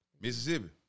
Mississippi